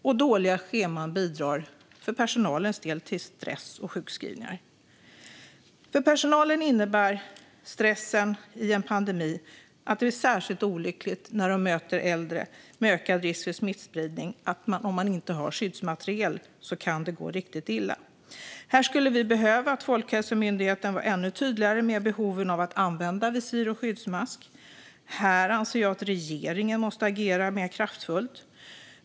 Och dåliga scheman bidrar för personalens del till stress och sjukskrivningar. För personalen innebär stressen under en pandemi att det är särskilt olyckligt när man möter äldre med ökad risk för smittspridning. Om man inte har skyddsmaterial kan det gå riktigt illa. Folkhälsomyndigheten skulle behöva vara ännu tydligare med behovet av att använda visir och skyddsmask. Här anser jag att regeringen måste agera mer kraftfullt.